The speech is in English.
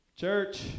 Church